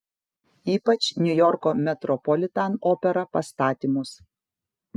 ypač niujorko metropolitan opera pastatymus